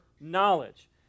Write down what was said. knowledge